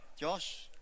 Josh